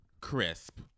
crisp